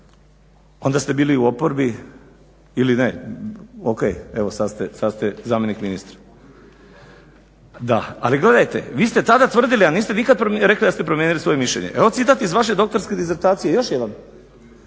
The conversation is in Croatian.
onda ste bili u oporbi ili ne, ok, evo sad ste zamjenik ministra. Ali gledajte, vi ste tada tvrdili, a niste nikad rekli da ste promijenili svoje mišljenje, evo citat iz vaše doktorske disertacije još jedan.